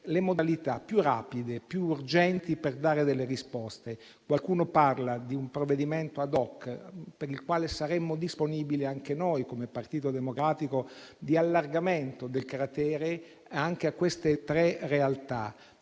le modalità per dare risposte più rapide. Qualcuno parla di un provvedimento ad hoc - per il quale saremmo disponibili anche noi come Partito Democratico - di allargamento del cratere anche a quelle tre realtà.